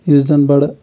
یُس زن بَڑٕ